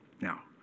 Now